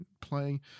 playing